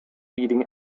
eating